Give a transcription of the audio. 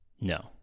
No